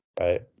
right